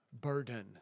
burden